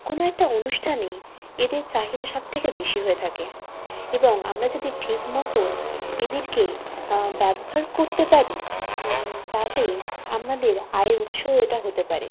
কোনো একটা অনুষ্ঠানে এদের চাহিদা সবথেকে বেশি হয়ে থাকে এবং আমরা যদি ঠিক মতন এদেরকে ব্যবহার করতে পারি তাহলে আমাদের আয়ের উৎসও এটা হতে পারে